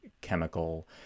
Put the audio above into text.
chemical